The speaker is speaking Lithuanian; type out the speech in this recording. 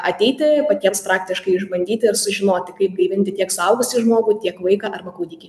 ateiti patiems praktiškai išbandyti ir sužinoti kaip gyvinti tiek suaugusį žmogų tiek vaiką arba kūdikį